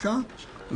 בבקשה.